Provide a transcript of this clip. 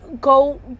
go